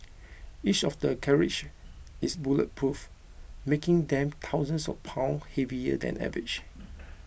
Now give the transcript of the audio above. each of the carriage is bulletproof making them thousands of pounds heavier than average